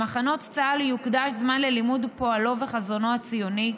במחנות צה"ל יוקדש זמן ללימוד פועלו וחזונו הציוני,